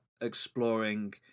exploring